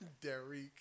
Derek